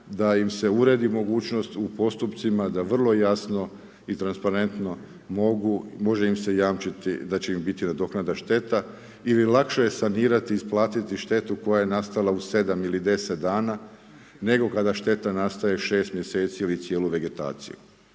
da im se uredi mogućnost u postupcima da vrlo jasno i transparentno može im se jamčiti da će im se nadoknaditi šteta. Lakše je sanirati, isplatiti štetu koja je nastala u 7 ili 10 dana nego kada šteta nastaje 6 mjeseci ili cijelu vegetaciju.